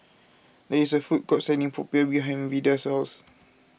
there is a food court selling Popiah behind Vida's house